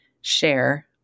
share